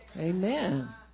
Amen